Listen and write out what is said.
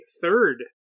third